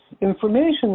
information